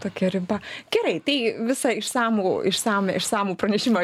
tokia riba gerai tai visą išsamų išsamią išsamų pranešimą